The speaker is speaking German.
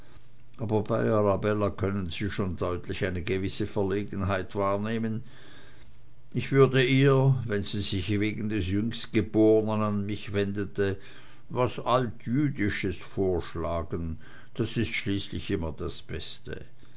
arabella können sie schon deutlich eine gewisse verlegenheit wahrnehmen ich würde ihr wenn sie sich wegen des jüngstgeborenen an mich wendete was altjüdisches vorschlagen das ist schließlich immer das beste